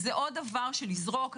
זה עוד דבר של לזרוק.